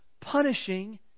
punishing